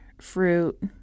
fruit